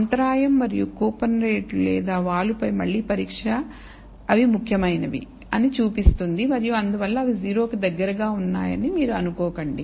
అంతరాయం మరియు coupon rate లేదా వాలుపై మళ్లీ పరీక్ష అవి ముఖ్యమైనవి అని చూపిస్తుంది మరియు అందువల్ల అవి 0 కి దగ్గరగా ఉన్నాయని మీరు అనుకోకండి